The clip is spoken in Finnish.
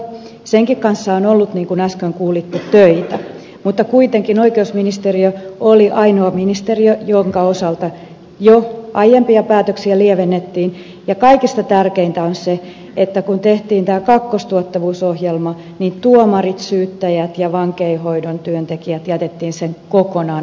senkin kanssa on ollut niin kuin äsken kuulitte töitä mutta kuitenkin oikeusministeriö oli ainoa ministeriö jonka osalta jo aiempia päätöksiä lievennettiin ja kaikista tärkeintä on se että kun tehtiin tämä kakkostuottavuusohjelma niin tuomarit syyttäjät ja vankeinhoidon työntekijät jätettiin kokonaan sen ulkopuolelle